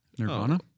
Nirvana